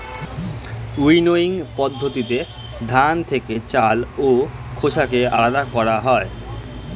winnowing পদ্ধতিতে ধান থেকে চাল ও খোসাকে আলাদা করা হয়